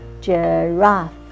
Giraffe